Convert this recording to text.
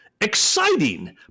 exciting